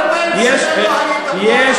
אתה 2,000 שנה לא היית פה,